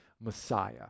Messiah